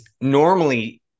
normally